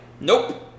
Nope